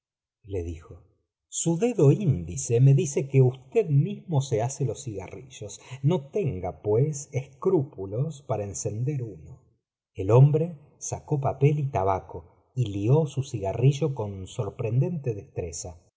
le dijo su dedo índice me dice que usted mismo m hace los cigarrillos no tenga pues escrúpulos para encender uno el hornee sacó papel y tabaco y lió su cigarrillo con sorprendente destreza